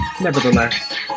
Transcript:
Nevertheless